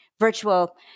virtual